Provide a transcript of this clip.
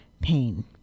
pain